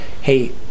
hey